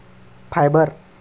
fibre